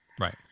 Right